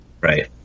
Right